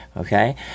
Okay